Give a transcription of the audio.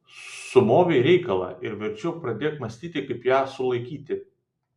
sumovei reikalą ir verčiau pradėk mąstyti kaip ją sulaikyti